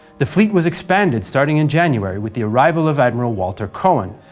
the fleet was expanded starting in january, with the arrival of admiral walter cowan,